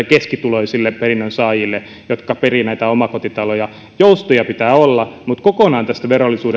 keskituloisille perinnönsaajille jotka perivät näitä omakotitaloja joustoja pitää olla mutta kokonaan tästä